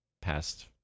past